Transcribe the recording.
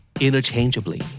Interchangeably